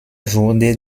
wurde